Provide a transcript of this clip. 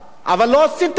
אבל לא עשיתם את זה.